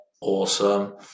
awesome